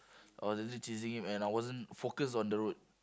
I was really chasing him and I wasn't focused on the road